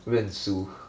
认输